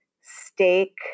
steak